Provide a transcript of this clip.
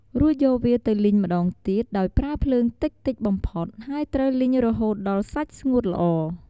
រួចយកវាទៅលីងម្ដងទៀតដោយប្រើភ្លើងតិចៗបំផុតហើយត្រូវលីងរហូតដល់សាច់ស្ងួតល្អ។